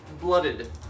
blooded